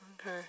Okay